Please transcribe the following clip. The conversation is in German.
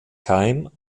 keim